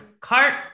cart